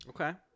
Okay